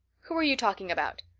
who are you talking about?